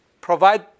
provide